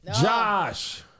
Josh